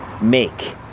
make